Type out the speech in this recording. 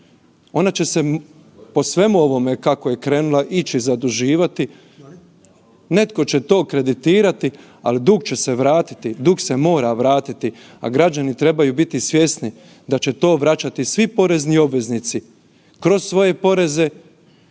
Ona će se po svemu ovome, kako je krenula ići zaduživati. Netko će to kreditirati, ali dug će se vratiti, dug se mora vratiti, a građani trebaju biti svjesni da će to vraćati svi porezni obveznici kroz svoje poreze